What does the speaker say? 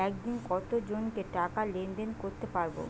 একদিন কত জনকে টাকা লেনদেন করতে পারবো?